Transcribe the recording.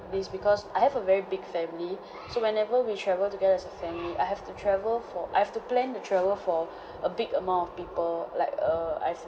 this because I have a very big family so whenever we travel together as a family I have to travel for I have to plan to travel for a big amount of people like err I